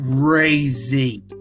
crazy